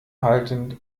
haltend